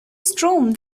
storm